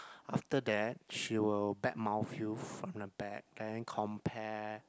after that she will back mouth you from the back and then compare